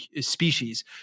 species